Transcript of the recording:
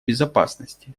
безопасности